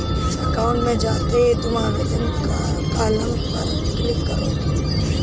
account में जाते ही तुम आवेदन कॉलम पर क्लिक करो